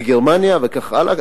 בגרמניה וכך הלאה,